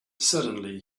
suddenly